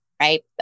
right